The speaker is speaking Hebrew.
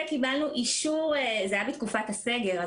זה היה בתקופת הסגר,